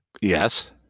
Yes